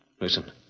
Listen